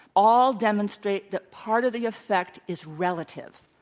all demonstrate that part of the effect is relative.